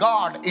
God